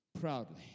proudly